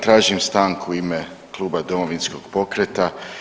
Tražim stanku u ime Kluba Domovinskog pokreta.